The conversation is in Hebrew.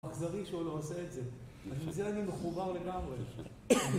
אכזרי שהוא לא עושה את זה, בשביל זה אני מחובר לגמרי